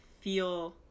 feel